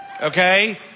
okay